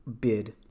bid